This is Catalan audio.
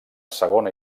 segona